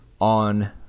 on